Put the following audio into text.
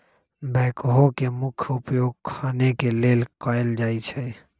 backhoe के मुख्य उपयोग खने के लेल कयल जाइ छइ